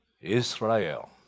Israel